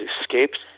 escaped